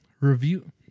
Review